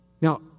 Now